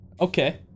Okay